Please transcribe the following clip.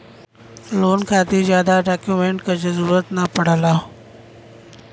loan खातिर जादा document क जरुरत न पड़ेला